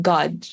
God